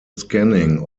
scanning